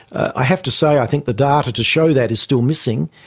i have to say i think the data to show that is still missing,